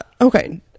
okay